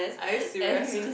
are you serious